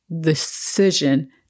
decision